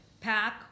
pack